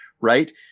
Right